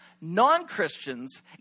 non-Christians